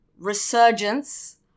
Resurgence